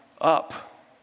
up